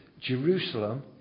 Jerusalem